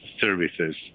services